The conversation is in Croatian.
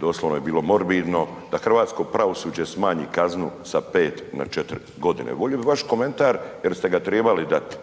doslovno je bilo morbidno, da hrvatsko pravosuđe smanji kaznu sa 5 na 4 godine. Volio bih vaš komentar jer ste ga trebali dati.